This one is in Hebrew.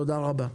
תודה רבה.